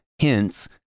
hence